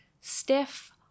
stiff